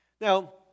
Now